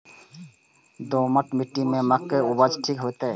दोमट मिट्टी में मक्के उपज ठीक होते?